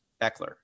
Eckler